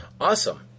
Awesome